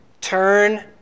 turn